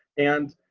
and,